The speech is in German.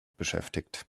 beschäftigt